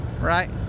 right